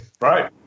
Right